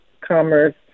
commerce